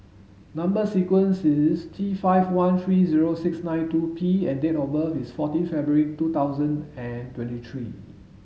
number sequence is T five one three zero six nine two P and date of birth is fourteen February two thousand and twenty three